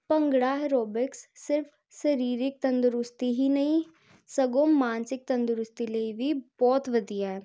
bhangra aerobics ਸਿਰਫ ਸਰੀਰਿਕ ਤੰਦਰੁਸਤੀ ਹੀ ਨਹੀਂ ਸਗੋਂ ਮਾਨਸਿਕ ਤੰਦਰੁਸਤੀ ਲਈ ਵੀ ਬਹੁਤ ਵਧੀਆ